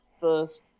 first